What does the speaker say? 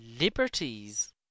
liberties